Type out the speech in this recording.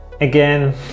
again